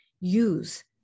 use